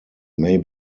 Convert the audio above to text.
may